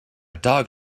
dog